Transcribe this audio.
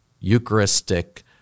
Eucharistic